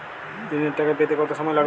ঋণের টাকা পেতে কত সময় লাগবে?